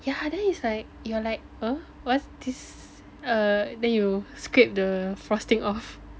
yeah then is like you're like uh what is this ah then you scrape the frosting off